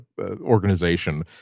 organization